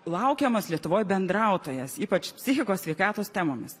laukiamas lietuvoj bendrautojas ypač psichikos sveikatos temomis